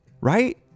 Right